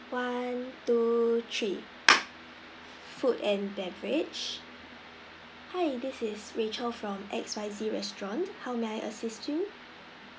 one two three food and beverage hi this is rachel from X Y Z restaurant how may I assist you